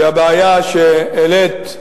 שהבעיה שהעלית,